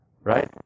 Right